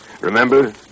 Remember